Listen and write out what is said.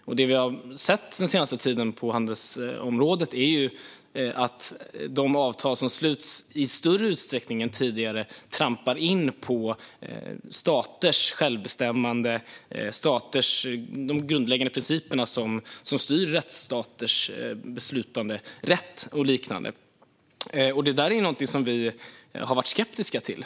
Det vi har sett den senaste tiden på handelsområdet är att de avtal som sluts i större utsträckning än tidigare trampar in på staters självbestämmande och de grundläggande principer som styr rättsstaters beslutanderätt och liknande. Det är någonting som vi har varit skeptiska till.